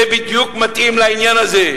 זה בדיוק מתאים לעניין הזה.